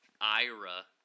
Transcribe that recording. Ira